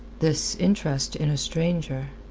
this interest in a stranger.